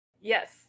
Yes